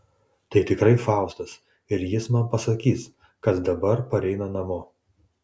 tai tikrai faustas ir jis man pasakys kad dabar pareina namo